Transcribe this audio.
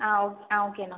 ஆ ஆ ஓகேண்ணா